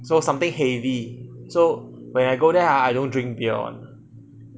so something heavy so when I go there ah I don't drink drink beer